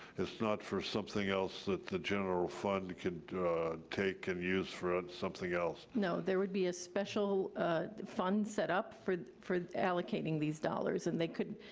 it's not for something else that the general fund can take and use for something else? no, there would be a special fund set up for for allocating these dollars and they could,